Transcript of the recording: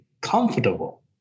comfortable